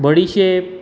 बडिशेप